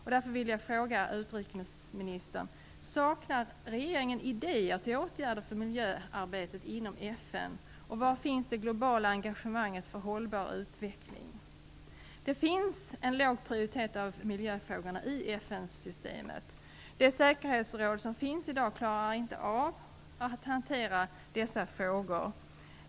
Jag vill därför fråga utrikesministern: Saknar regeringen idéer till åtgärder för miljöarbetet inom Det är en låg prioritering av miljöfrågorna i FN systemet. Det säkerhetsråd som finns i dag klarar inte av att hantera dessa frågor.